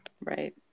right